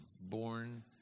Born